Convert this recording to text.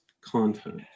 content